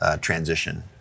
transition